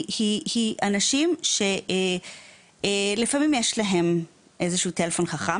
אלו אנשים שלפעמים יש להם איזשהו טלפון חכם,